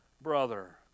brother